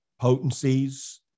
potencies